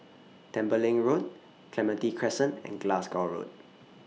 Tembeling Road Clementi Crescent and Glasgow Road